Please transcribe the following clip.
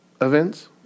events